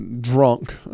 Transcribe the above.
drunk